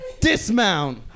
dismount